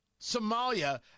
Somalia